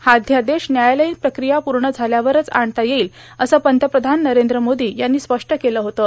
हा अध्यादेश न्यायालयीन प्रक्रिया पूर्ण झाल्यावरच आणता येईल असं पंतप्रधान नरद्र मोदो यांनी स्पष्ट केलं होतं